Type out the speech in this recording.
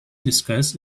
discuss